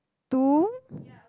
to